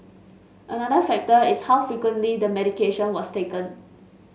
another factor is how frequently the medication was taken